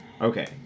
Okay